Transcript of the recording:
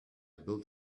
built